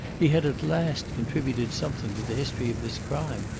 he had at last contributed something to the history of this crime.